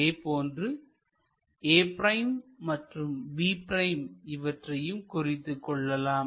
அதேபோன்று a' மற்றும் b' இவற்றையும் குறித்துக் கொள்ளலாம்